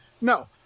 No